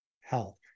health